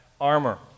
armor